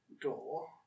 door